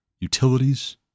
utilities